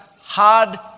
hard